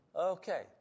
okay